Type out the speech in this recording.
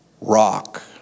rock